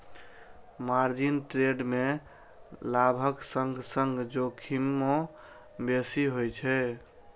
margin trade मे लाभक संग संग जोखिमो बेसी होइ छै